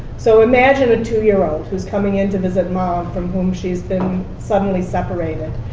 so imagine a two-year-old who's coming into visit mom, from whom she's been suddenly separated,